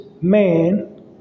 man